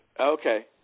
Okay